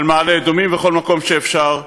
על מעלה-אדומים ועל כל מקום שאפשר,